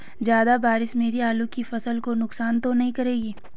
ज़्यादा बारिश मेरी आलू की फसल को नुकसान तो नहीं करेगी?